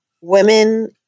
women